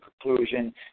conclusion